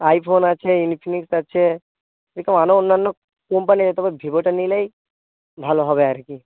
iPhone আছে Infinix আছে এরকম আরও অন্যান্য কোম্পানি আছে তবে ভিভোটা নিলেই ভালো হবে আর কি